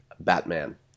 batman